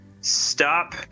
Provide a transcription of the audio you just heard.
stop